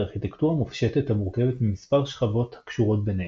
ארכיטקטורה מופשטת המורכבת ממספר שכבות הקשורות ביניהן.